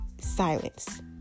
silence